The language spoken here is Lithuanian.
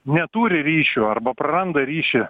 neturi ryšio arba praranda ryšį